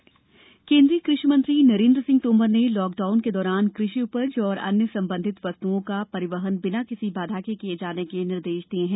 कृषि कोरोना केन्द्रीय कृषि मंत्री नरेन्द्र सिंह तोमर ने लॉकडाउन के दौरान कृषि उपज और अन्य संबंधित वस्तुओं का परिवहन बिना किसी बाधा के किये जाने के निर्देश दिये हैं